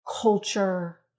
culture